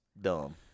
dumb